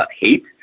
hate